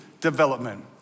development